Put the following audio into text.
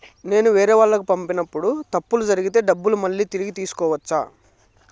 నేను వేరేవాళ్లకు పంపినప్పుడు తప్పులు జరిగితే డబ్బులు మళ్ళీ తిరిగి తీసుకోవచ్చా?